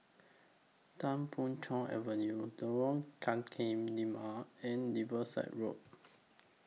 Tan Boon Chong Avenue Lorong Tukang Lima and Riverside Road